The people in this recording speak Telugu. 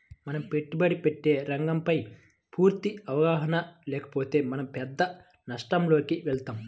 మనం పెట్టుబడి పెట్టే రంగంపైన పూర్తి అవగాహన లేకపోతే మనం పెద్ద నష్టాలలోకి వెళతాం